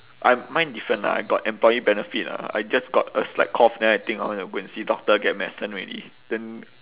I mine different lah I got employee benefit lah I just got a slight cough then I think I wanna go and see doctor get medicine already then